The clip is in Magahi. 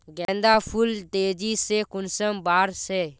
गेंदा फुल तेजी से कुंसम बार से?